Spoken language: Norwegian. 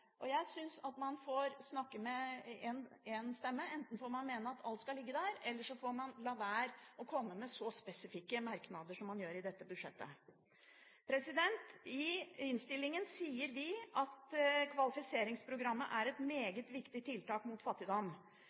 Jeg synes at man får snakke med én stemme – enten får man mene at alt skal ligge der, eller så får man la være å komme med så spesifikke merknader som man gjør i forbindelse med dette budsjettet. I innstillingen sier vi at kvalifiseringsprogrammet er et meget viktig tiltak mot fattigdom,